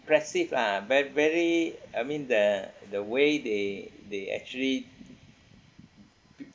impressive ah ve~ very I mean the the way they they actually